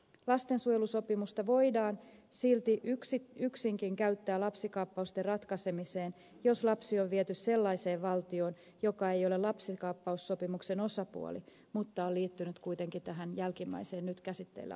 lastensuojelusopimusta voidaan silti yksinkin käyttää lapsikaappausten ratkaisemiseen jos lapsi on viety sellaiseen valtioon joka ei ole lapsikaappaussopimuksen osapuoli mutta on liittynyt kuitenkin tähän jälkimmäiseen nyt käsitteillä olevaan sopimukseen